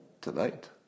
tonight